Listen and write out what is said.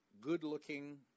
good-looking